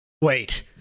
Wait